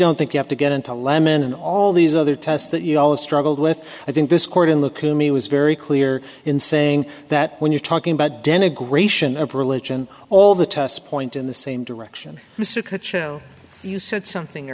don't think you have to get into lemon and all these other tests that you all struggled with i think this court in the cooney was very clear in saying that when you're talking about denigration of religion all the tests point in the same direction you said something